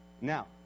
Now